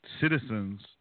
citizens